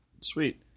Sweet